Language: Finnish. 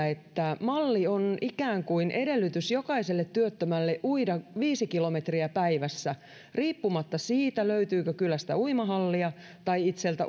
että malli on ikään kuin edellytys jokaiselle työttömälle uida viisi kilometriä päivässä riippumatta siitä löytyykö kylästä uimahallia tai itseltä